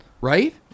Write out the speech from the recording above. Right